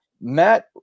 Matt